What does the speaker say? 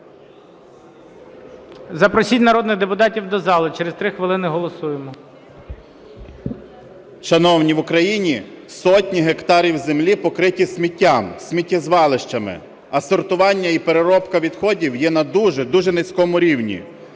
Запросіть народних депутатів до зали. Через 3 хвилини голосуємо. 14:31:27 БАКУНЕЦЬ П.А. Шановні, в Україні сотні гектарів землі покриті сміттям, сміттєзвалищами. А сортування і переробка відходів є на дуже, дуже низькому рівні.